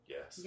Yes